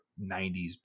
90s